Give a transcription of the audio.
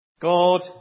God